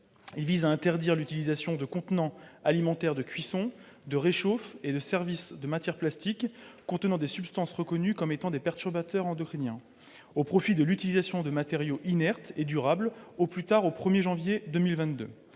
Il vise à interdire l'utilisation de contenants alimentaires de cuisson, de réchauffe et de service en matière plastique, contenant des substances reconnues comme étant des « perturbateurs endocriniens », au profit de l'utilisation de matériaux inertes et durables au plus tard le 1 janvier 2022.